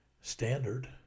standard